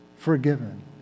Forgiven